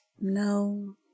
No